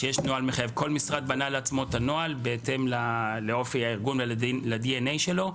כל משרד בנה לעצמו את הנוהל בהתאם לאופי הארגון ול-DNA שלו.